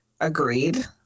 agreed